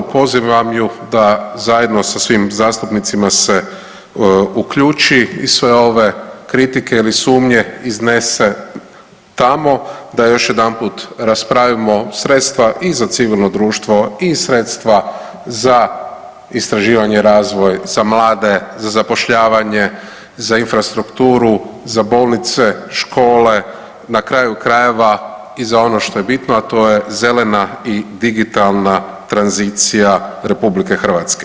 Pozivam ju da zajedno sa svim zastupnicima se uključi i sve ove kritike ili sumnje iznese tamo da još jedanput raspravimo sredstva i za civilno društvo i sredstva za istraživanje i razvoj za mlade, za zapošljavanje, za infrastrukturu, za bolnice, škole, na kraju krajeva i za ono što je bitno, a to je zelena i digitalna tranzicija RH.